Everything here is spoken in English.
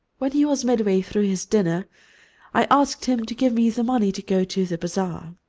when he was midway through his dinner i asked him to give me the money to go to the bazaar.